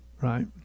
right